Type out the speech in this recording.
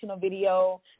video